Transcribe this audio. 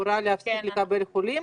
הורה להפסיק לקבל חולים